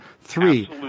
Three